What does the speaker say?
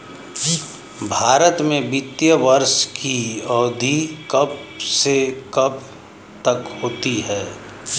भारत में वित्तीय वर्ष की अवधि कब से कब तक होती है?